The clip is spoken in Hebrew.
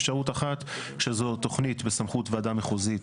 אפשרות אחת שזו תוכנית בסמכות וועדה מחוזית,